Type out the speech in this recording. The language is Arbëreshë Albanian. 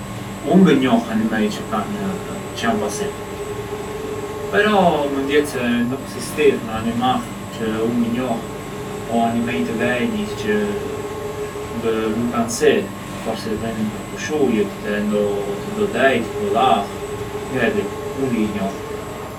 U’ ngë njoh animej çë kanë çë janë pa sy, pero mënd jet se sistir ndo animall çë u’ ngë njoh o animej të vegjij çë ngë kanë sy, forsi rrinë përposh ujët o te ndo dejt, ndo lagh, ngë e di, u ngë i njoh.